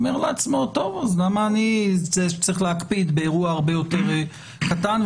הוא אומר לעצמו: למה אני צריך להקפיד באירוע הרבה יותר קטן?